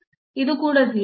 ಇದು ಕೂಡ 0